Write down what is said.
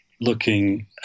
looking